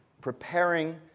preparing